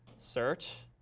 search,